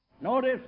notice